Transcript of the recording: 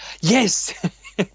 yes